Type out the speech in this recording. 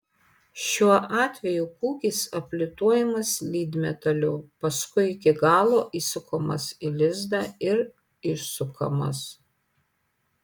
šiuo atveju kūgis aplituojamas lydmetaliu paskui iki galo įsukamas į lizdą ir išsukamas